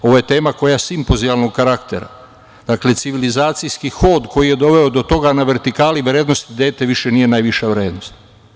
Ovo je tema simpozijalnog karaktera, dakle, civilizacijski hod koji je doveo do toga na vertikali vrednosti - dete više nije najviša vrednost.